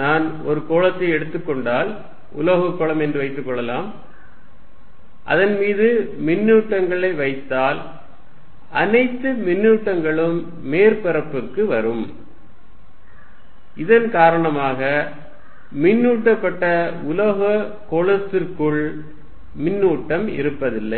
நான் ஒரு கோளத்தை எடுத்துக் கொண்டால் உலோகக் கோளம் என்று வைத்துக்கொள்வோம் அதன் மீது மின்னூட்டங்களை வைத்தால் அனைத்து மின்னூட்டங்களும் மேற்பரப்பில் வரும் இதன் காரணமாக மின்னூட்டப்பட்ட உலோகக் கோளத்திற்குள் மின்னூட்டம் இருப்பதில்லை